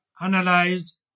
analyze